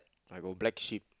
I got black sheep